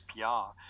SPR